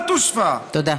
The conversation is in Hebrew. ולא תתרפא.) תודה.